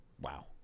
Wow